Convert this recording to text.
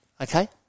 Okay